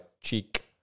cheek